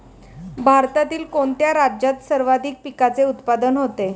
भारतातील कोणत्या राज्यात सर्वाधिक पिकाचे उत्पादन होते?